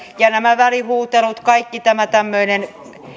ja nämä välihuutelut kaikki tämä tämmöinen